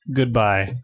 Goodbye